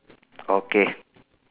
okay